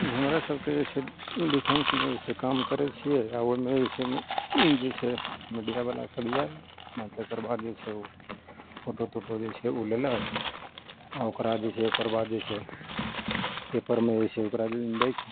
हमरा सबके जे छै डिफेन्समे जे छै से काम करै छियै आ ओहिमे जे छै जैसे मीडिआबला सब यऽ आएल आ तेकरबाद जे छै ओ फोटो तोटो जे छै ओ लेलक आ ओकरा जे छै ओकररबाद जे छै पेपरमे जे छै ओकरा दै छै